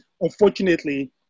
unfortunately